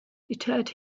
deterred